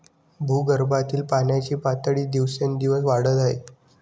भूगर्भातील पाण्याची पातळी दिवसेंदिवस वाढत आहे